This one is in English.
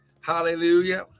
Hallelujah